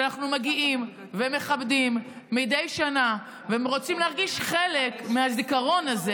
שאנחנו מגיעים ומכבדים מדי שנה ורוצים להרגיש חלק מהזיכרון הזה,